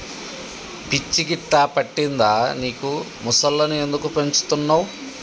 పిచ్చి గిట్టా పట్టిందా నీకు ముసల్లను ఎందుకు పెంచుతున్నవ్